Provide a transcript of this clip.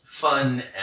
fun